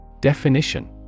Definition